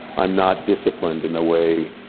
i'm not disciplined in the way